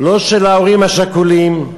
לא של ההורים השכולים,